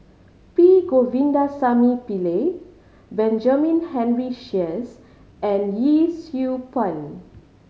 P Govindasamy Pillai Benjamin Henry Sheares and Yee Siew Pun